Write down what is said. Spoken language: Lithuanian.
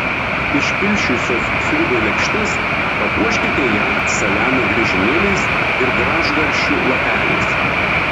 išpilsčiusios sriubą į lėkštes papuoškite ją saliamio griežinėliais ir gražgarsčių lapeliais